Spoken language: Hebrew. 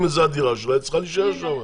אם זו הדירה שלה היא צריכה להישאר שם.